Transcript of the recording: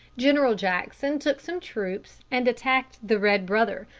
general jackson took some troops and attacked the red brother,